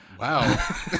Wow